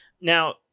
Now